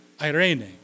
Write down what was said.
Irene